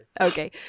okay